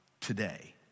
today